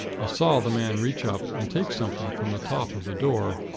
i saw the man reach up, and take something from the top of the door,